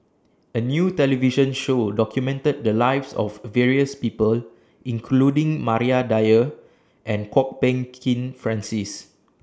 A New television Show documented The Lives of various People including Maria Dyer and Kwok Peng Kin Francis